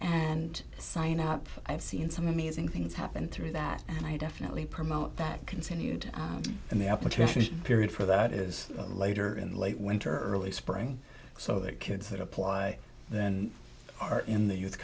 and sign up i've seen some amazing things happen through that and i definitely promote that continued and the application period for that is later in late winter early spring so that kids that apply then are in the youth